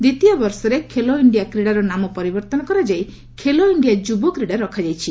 ଦ୍ୱିତୀୟ ବର୍ଷରେ ଖେଲୋ ଇଣ୍ଡିଆ କ୍ରୀଡାର ନାମ ପରିବର୍ତ୍ତନ କରାଯାଇ ଖେଲୋ ଇଣ୍ଡିଆ ଯୁବ କ୍ରୀଡା ରଖାଯାଇଛି